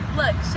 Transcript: look